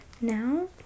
Now